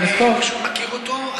אני מכיר אותו.